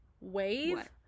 Wave